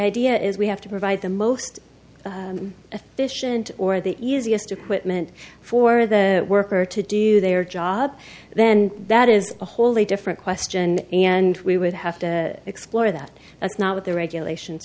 idea is we have to provide the most efficient or the easiest equipment for the worker to do their job then that is a wholly different question and we would have to explore that that's not what the regulations